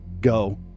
go